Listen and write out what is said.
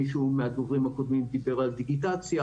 מישהו מהדוברים הקודמים דיבר על דיגיטציה